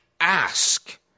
ask